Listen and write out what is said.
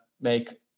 make